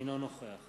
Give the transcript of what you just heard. אינו נוכח